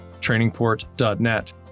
Trainingport.net